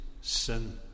sin